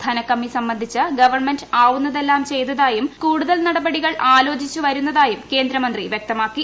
ധനകമ്മി സംബന്ധിച്ച് ഗവൺമെന്റ് ആവുന്നതെല്ലാം ചെയ്തതായും കൂടുതൽ നടപടികൾ ആലോചിച്ചു വരുന്നതായും കേന്ദ്ര മന്ത്രി വൃക്തമാക്കി